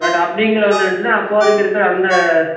but அப்டிங்கள வந்துருந்ச்சுன்னா அப்போதைக்கு இருக்கிற அந்த